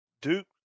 Duke